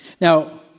Now